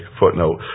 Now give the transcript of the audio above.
footnote